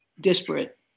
disparate